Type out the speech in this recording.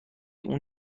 اون